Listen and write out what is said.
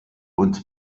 und